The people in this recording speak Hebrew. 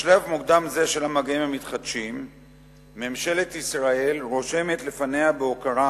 בשלב מוקדם זה של המגעים המתחדשים ממשלת ישראל רושמת לפניה בהוקרה